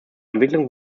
entwicklung